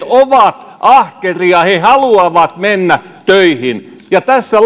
ovat ahkeria ja he haluavat mennä töihin ja tässä